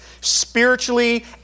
spiritually